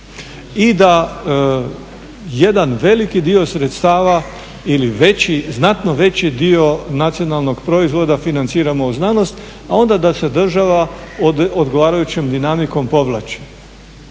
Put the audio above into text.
i da jedan veliki dio sredstava ili znatno veći dio nacionalnog proizvoda financiramo u znanost, a onda da se država odgovarajućom dinamikom povlači.